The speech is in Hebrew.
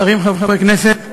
שרים, חברי כנסת,